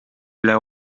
üle